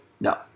No